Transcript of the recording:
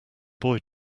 boy